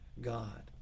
God